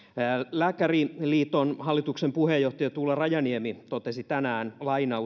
lääkäriliiton hallituksen puheenjohtaja tuula rajaniemi totesi tänään